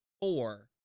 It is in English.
four